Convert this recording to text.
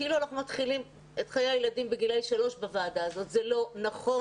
כאילו מתחילים בוועדה הזאת את חיי הילדים בגיל שלוש אבל זה לא נכון.